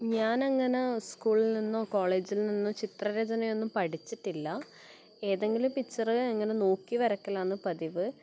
ഞാൻ അങ്ങനെ സ്കൂളിൽ നിന്നോ കോളേജിൽ നിന്നോ ചിത്രരചനയൊന്നും പഠിച്ചിട്ടില്ല ഏതെങ്കിലും പിക്ചർ ഇങ്ങനെ നോക്കി വരക്കലാണ് പതിവ്